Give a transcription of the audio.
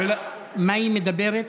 מאי מדברת,